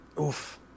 Oof